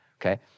okay